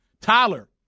Tyler